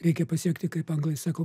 reikia pasiekti kaip anglai sako